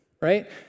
Right